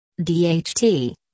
DHT